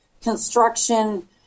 construction